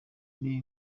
iyi